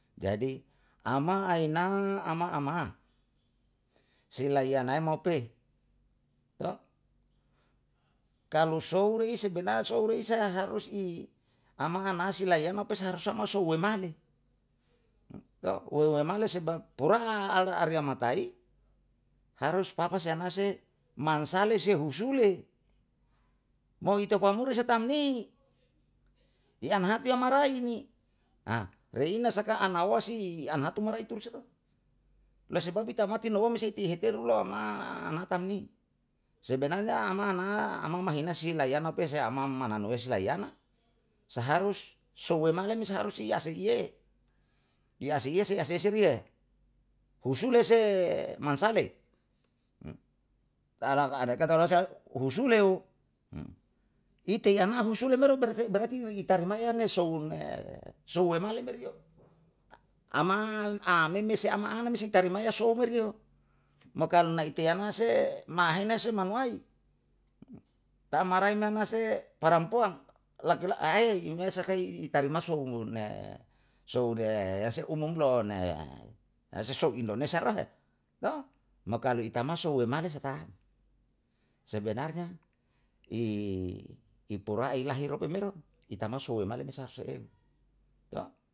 Jadi, ama aena ama ama, si laiyanai mau pe kalu foulei sebenarnya sou leisa harus i ama ana si laiyana pe seharusnya sou waemale, we waemale sebab pora'a ale ariya mata'i harus papa sianase mansale se husule, mau ito pamuri se tamli yanhati ya maraini lei ina saka anawasi anhatu maraitusa lou sebab i tamati nowam sei hitiheru lou ama nata ni. Sebenarnya ama ana ama mahinae si hi lai hayana pe se ama mana nouesi layana, saharus sou waemale me saharus hiya seiye. Hiya seiye sei ase eseriye husu le se mansale kalau ada lousa husule ite anai husule me berarti i tarima yane sou ne sou waemale me rei. Ama a meme si ama ana seng tarimaya sou merei mo karna ite yana se mahena se manuwai ta maraina se parampuang a ei um hiya sakai i tarima sou sou re se umum lo niye he si sou indonesia lo he mo kalu i tamaso waemale sa ta hahan. Sebenarnya i, i purai lahir ope me ron, i tamasu waemale se harus eu